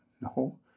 No